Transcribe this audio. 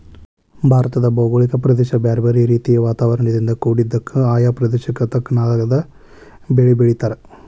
ಭಾರತದ ಭೌಗೋಳಿಕ ಪ್ರದೇಶ ಬ್ಯಾರ್ಬ್ಯಾರೇ ರೇತಿಯ ವಾತಾವರಣದಿಂದ ಕುಡಿದ್ದಕ, ಆಯಾ ಪ್ರದೇಶಕ್ಕ ತಕ್ಕನಾದ ಬೇಲಿ ಬೆಳೇತಾರ